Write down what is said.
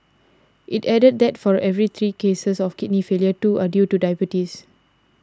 it added that for every three cases of kidney failure two are due to diabetes